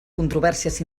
controvèrsies